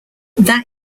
that